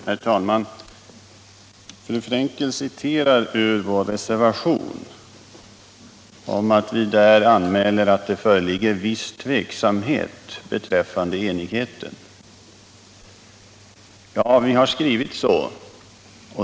Herr talman! Fru Frenkel citerade ur vår reservation, där vi anmäler att det föreligger viss tveksamhet beträffande enigheten. Ja, vi har skrivit så.